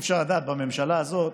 אי-אפשר לדעת, בממשלה הזאת